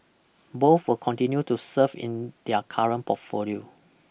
both will continue to serve in their current portfolio